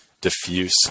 diffuse